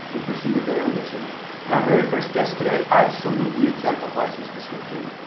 in pursuit of their ambition and our very first guest today absolutely exemplifies this description.